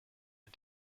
ein